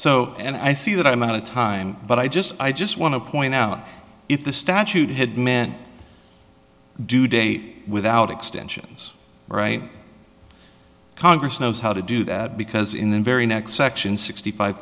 so and i see that i'm out of time but i just i just want to point out if the statute had men do date without extensions right congress knows how to do that because in the very next section sixty five